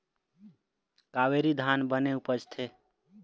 कावेरी धान बने उपजथे?